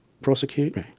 prosecute me.